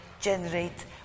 generate